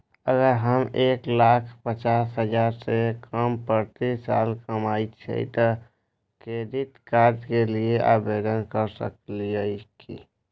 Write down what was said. अगर हम एक लाख पचास हजार से कम प्रति साल कमाय छियै त क्रेडिट कार्ड के लिये आवेदन कर सकलियै की?